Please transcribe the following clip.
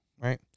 right